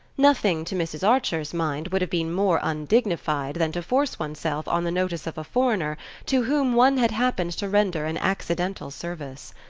nothing, to mrs. archer's mind, would have been more undignified than to force one's self on the notice of a foreigner to whom one had happened to render an accidental service.